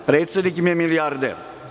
Predsednik im je milijarder.